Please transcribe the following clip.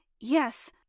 Yes